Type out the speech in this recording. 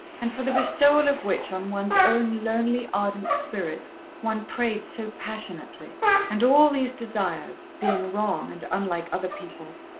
and for the bestowal of which on one's own lonely, ardent spirit one prayed so passionately and all these desires, being wrong and unlike other people,